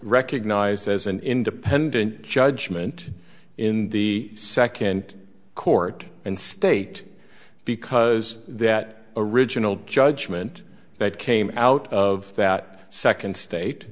recognized as an independent judgment in the second court and state because that original judgment that came out of that second state